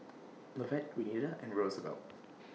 Lovett Renita and Roosevelt